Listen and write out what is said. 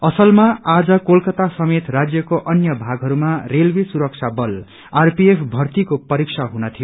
असलमा आज कोलकाता समेत राज्यको अन्य भागहरूमा रेलवे सुरक्षा बल आरपीएफ भर्तीको परीक्षा हुन थियो